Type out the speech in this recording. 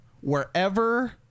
wherever –